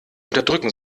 unterdrücken